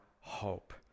hope